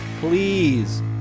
Please